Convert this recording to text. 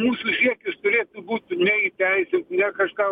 mūsų siekis turėtų būt ne įteisint ne kažką